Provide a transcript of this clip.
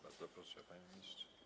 Bardzo proszę, panie ministrze.